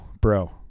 bro